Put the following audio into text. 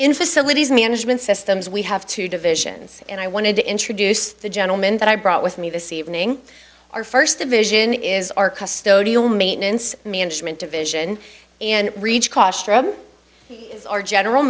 in facilities management systems we have two divisions and i wanted to introduce the gentleman that i brought with me this evening our first division is our custom maintenance management division and reach cost is our general